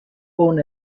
born